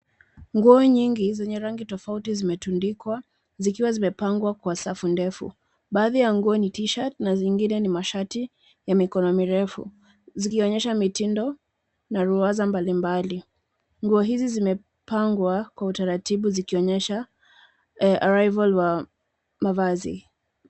Nguo nyingi zenye rangi tofauti zimetundikwa, zikiwa zimepangwa kwa safu ndefu. Baadhi ya nguo ni t-shirt na zingine ni mashati ya mikono mirefu. Zikionyesha mitindo na ruwaza mbalimbali. Nguo hizi zimepangwa kwa utaratibu, zikionyesha urembo wa mavazi.